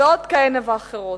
ועוד כהנה ואחרות.